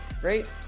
great